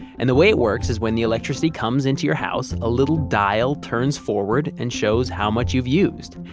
and the way it works is when the electricity comes into your house, a little dial turns forward and shows how much you've used.